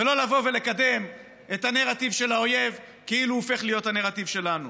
ולא לבוא ולקדם את הנרטיב של האויב כאילו הוא הופך להיות הנרטיב שלנו.